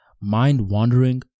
mind-wandering